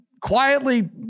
quietly